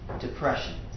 depression